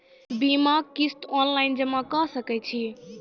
बीमाक किस्त ऑनलाइन जमा कॅ सकै छी?